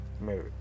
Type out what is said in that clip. marriage